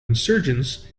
insurgents